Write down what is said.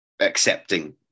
accepting